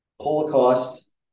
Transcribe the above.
Holocaust